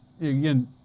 again